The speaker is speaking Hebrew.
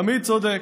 תמיד צודק.